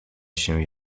się